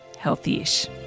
healthyish